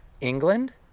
england